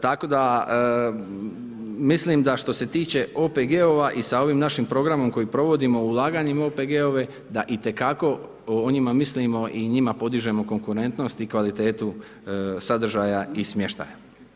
Tako da mislim da što se tiče OPG-ov i sa ovim našim programom koje provodimo ulaganjima u OPG-ove, da itekako o njima mislimo i njima podižemo konkurentnost i kvalitetu sadržaja i smještaja.